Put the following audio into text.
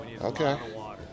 Okay